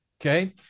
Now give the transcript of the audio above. Okay